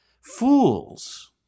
Fools